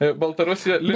baltarusiją link